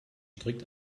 strikt